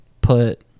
put